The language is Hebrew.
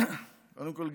קודם כול,